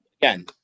again